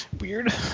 weird